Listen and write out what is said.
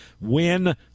win